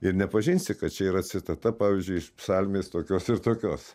ir nepažinsi kad čia yra citata pavyzdžiui iš psalmės tokios ir tokios